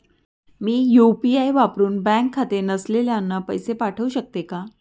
मी UPI वापरुन bank खाते नसलेल्यांना पैसे पाठवू शकते का?